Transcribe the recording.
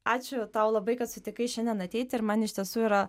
ačiū tau labai kad sutikai šiandien ateiti ir man iš tiesų yra